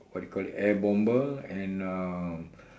what do you call it air bomber and uh